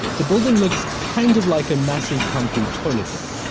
the building looks kind of like a massive concrete toilet roll.